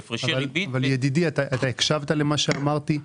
ידידי, הקשבת למה שאמרתי?